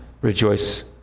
rejoice